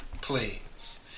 please